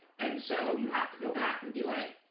and so you have to go back and be like,